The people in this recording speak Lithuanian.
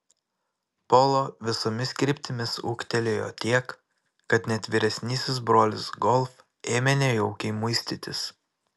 polo visomis kryptimis ūgtelėjo tiek kad net vyresnysis brolis golf ėmė nejaukiai muistytis